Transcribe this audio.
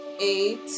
eight